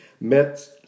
met